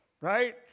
right